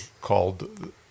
called